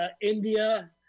India